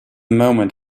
moment